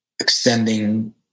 extending